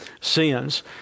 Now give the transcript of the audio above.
sins